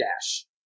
Dash